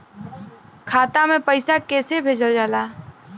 खाता में पैसा कैसे भेजल जाला?